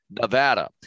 Nevada